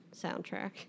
soundtrack